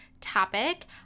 topic